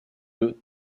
deux